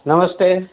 નમસ્તે